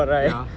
ya